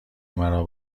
مرا